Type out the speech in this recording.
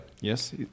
Yes